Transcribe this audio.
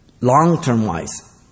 long-term-wise